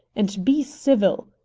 and be civil!